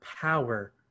power